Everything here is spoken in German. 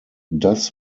das